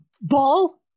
Ball